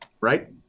right